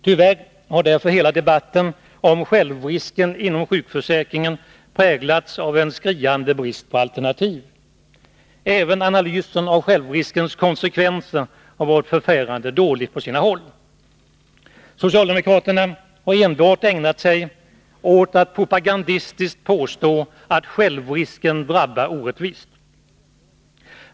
Tyvärr har därför hela debatten om självrisken inom sjukförsäkringen präglats av en skriande brist på alternativ. Även analysen av självriskens konsekvenser har på sina håll varit förfärande dålig. Socialdemokraterna har enbart ägnat sig åt att propagandistiskt påstå att självrisken drabbar orättvist.